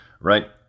right